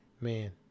Man